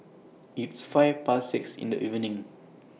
its five Past six in The evening